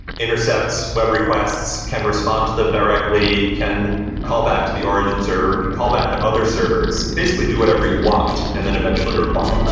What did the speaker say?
intercepts web requests, can respond to them directly, can call back to the origin server, call back to other servers. basically do whatever you want, and then eventually reply. if